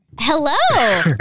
Hello